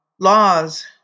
laws